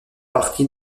partie